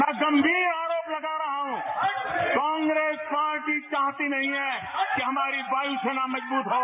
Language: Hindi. मैं गंभीर आरोप लगा रहा हूं कि कांग्रेस पार्टी चाहती नहीं है कि हमारी वायुसेना मजबूत हो